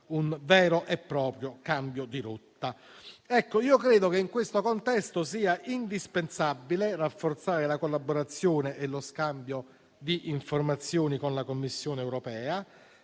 un vero e proprio cambio di rotta. Credo che in questo contesto sia indispensabile rafforzare la collaborazione e lo scambio di informazioni con la Commissione europea.